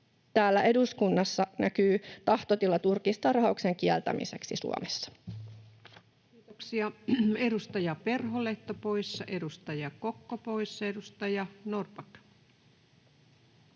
täällä eduskunnassa näkyy tahtotila turkistarhauksen kieltämiseksi Suomessa. Kiitoksia. — Edustaja Perholehto poissa, edustaja Kokko poissa. — Edustaja Norrback.